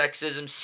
sexism